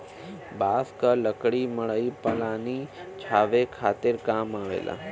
बांस क लकड़ी मड़ई पलानी छावे खातिर काम आवेला